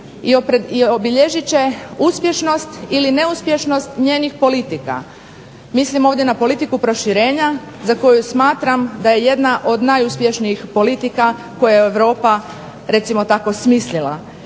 I obilježit će uspješnost ili neuspješnost njenih politika. Mislim ovdje na politiku proširenja za koju smatram da je jedna od najuspješnijih politika koje je Europa recimo tako smislila.